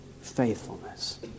faithfulness